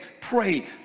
pray